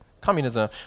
communism